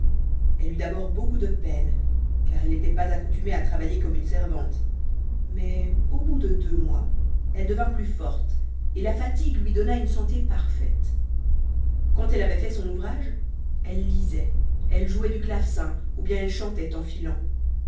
elle eut d'abord beaucoup de peine car elle n'était pas accoutumée à travailler comme une servante mais au bout de deux mois elle devint plus forte et la fatigue lui donna une santé parfaite quand elle avait fait son ouvrage elle lisait elle jouait du clavecin ou bien elle chantait